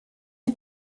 die